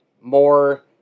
more